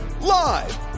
Live